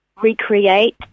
recreate